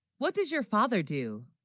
what does your father do?